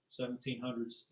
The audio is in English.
1700s